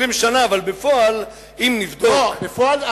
20 שנה, אבל בפועל, אם נבדוק, לא.